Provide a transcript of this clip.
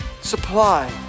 supply